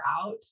out